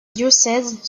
diocèse